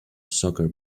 soccer